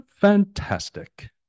fantastic